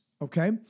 Okay